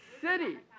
city